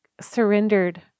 surrendered